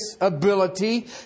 ability